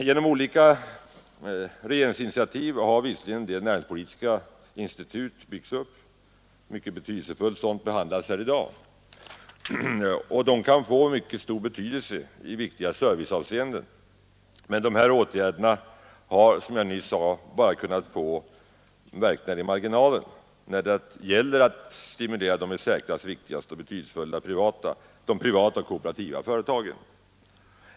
Genom olika regeringsinitiativ har visserligen en del näringspolitiska institut byggts upp, ett betydelsefullt sådant behandlas här i dag. Det kan få mycket stor betydelse i viktiga serviceavseenden, men dessa åtgärder kan — som jag nyss sade — bara kunnat få verkningar i marginalen, eftersom det gäller att stimulera det i särklass viktigaste, nämligen de privata och kooperativa företagen.